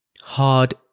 hard